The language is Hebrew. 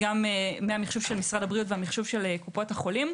מהמחשוב של משרד הבריאות והמחשוב של קופות החולים,